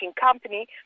Company